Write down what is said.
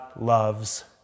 loves